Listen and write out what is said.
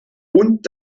und